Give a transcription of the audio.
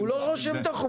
הוא לא רושם דוח,